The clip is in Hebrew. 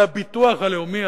על הביטוח הלאומי,